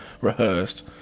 rehearsed